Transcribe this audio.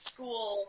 School